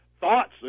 thoughts